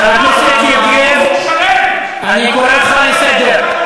חבר הכנסת יוגב, אני קורא אותך לסדר.